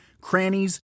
crannies